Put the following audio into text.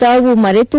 ತಾವು ಮರೆತು